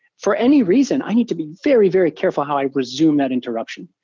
for any reason, i need to be very, very careful how i resume that interruption.